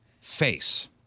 face